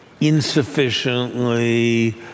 insufficiently